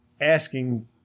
asking